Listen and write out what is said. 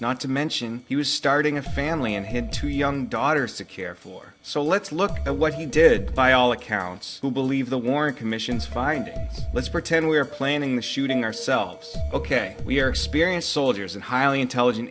not to mention he was starting a family and his two young daughters to care for so let's look at what he did by all accounts who believe the warren commission's findings let's pretend we are planning the shooting ourselves ok we are experienced soldiers and highly intelligent